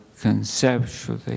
conceptually